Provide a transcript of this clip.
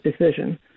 decision